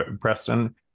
Preston